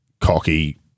cocky